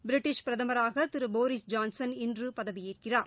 British பிரதமராகதிருபோரீஸ் Johnson இன்றுபதவியேற்கிறார்